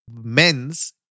Men's